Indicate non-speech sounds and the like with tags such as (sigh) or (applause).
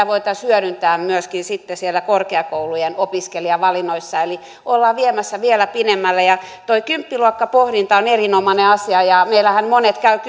(unintelligible) voitaisiin hyödyntää myöskin sitten siellä korkeakoulujen opiskelijavalinnoissa eli ollaan viemässä vielä pidemmälle tuo kymppiluokkapohdinta on erinomainen asia meillähän monet käyvät (unintelligible)